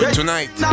tonight